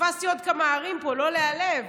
פספסתי עוד כמה ערים פה, לא להיעלב.